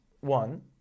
One